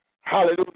Hallelujah